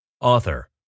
Author